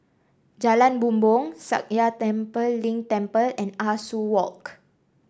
Jalan Bumbong Sakya Tenphel Ling Temple and Ah Soo Walk